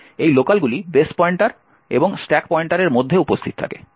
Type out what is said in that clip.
এই লোকালগুলি base pointer এবং স্ট্যাক পয়েন্টারের মধ্যে উপস্থিত থাকে